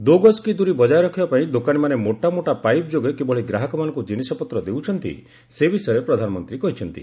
ଦୋ ଗଜ୍ କି ଦୂରୀ ବଜାୟ ରଖିବା ପାଇଁ ଦୋକାନୀମାନେ ମୋଟାମୋଟା ପାଇପ୍ ଯୋଗେ କିଭଳି ଗ୍ରାହକମାନଙ୍କୁ ଜିନିଷପତ୍ର ଦେଉଛନ୍ତି ସେ ବିଷୟରେ ପ୍ରଧାନମନ୍ତ୍ରୀ କହିଛନ୍ତି